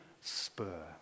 spur